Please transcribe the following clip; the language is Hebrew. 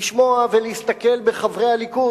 לשמוע ולהסתכל בחברי הליכוד.